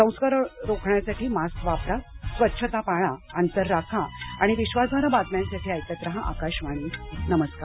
संसर्ग रोखण्यासाठी मास्क वापरा स्वच्छता पाळा अंतर राखा आणि विश्वासार्ह बातम्यांसाठी ऐकत रहा आकाशवाणी नमस्कार